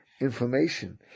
information